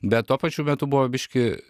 bet tuo pačiu metu buvo biškį